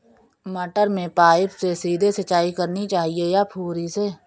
मटर में पाइप से सीधे सिंचाई करनी चाहिए या फुहरी से?